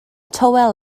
tywel